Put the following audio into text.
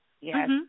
Yes